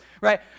right